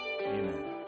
Amen